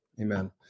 Amen